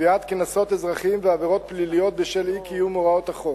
קביעת קנסות אזרחיים ועבירות פליליות בשל אי-קיום הוראות החוק.